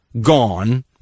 gone